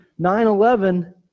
9-11